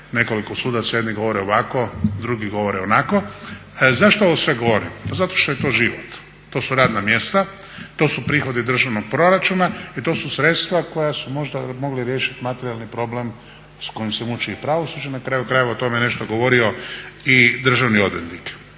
nekoliko sudaca. Jedni govore ovako, drugi govore onako. Zašto ovo sve govorim? Pa zato što je to život. To su radna mjesta. To su prihodi državnog proračuna i to su sredstva koja su možda mogli riješiti materijalni problem s kojim se muči i pravosuđe. Na kraju krajeva o tome je nešto govorio i državni odvjetnik.